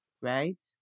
right